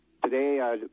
Today